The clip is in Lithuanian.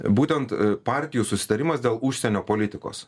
būtent partijų susitarimas dėl užsienio politikos